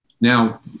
Now